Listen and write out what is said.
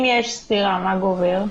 אם יש סתירה מה גובר?